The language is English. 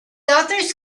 authors